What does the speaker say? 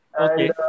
Okay